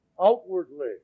outwardly